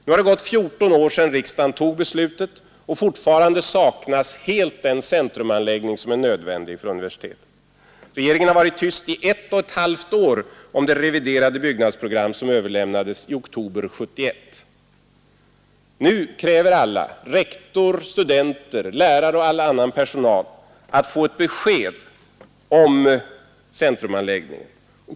Nu har det gått 14 år sedan riksdagen fattade beslutet och fortfarande saknas helt den centrumanläggning som är nödvändig för universitetsområdet. Regeringen har varit tyst i ett och ett halvt år om det reviderade byggnadsprogram som överlämnades i oktober 1971. Nu kräver alla, rektor, studenter, lärare och annan personal, att få ett besked om centrumanläggningen.